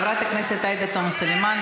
חברת הכנסת עאידה תומא סלימאן,